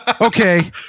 Okay